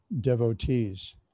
devotees